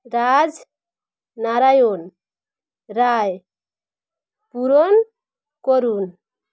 রাজ নারায়ণ রায় পূরণ করুন